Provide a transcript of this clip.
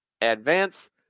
advance